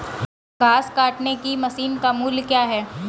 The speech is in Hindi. घास काटने की मशीन का मूल्य क्या है?